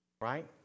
right